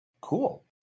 Cool